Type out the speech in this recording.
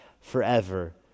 forever